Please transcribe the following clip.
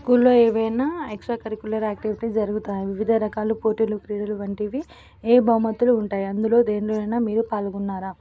స్కూల్లో ఏవైనా extra curricular activity జరుగుతాయి వివిధ రకాలు పోటీలు ప్రైజులు వంటివి ఏ బహుమతులు ఉంటాయి అందులో దీనిలోనైనా మీరు పాల్గొన్నారా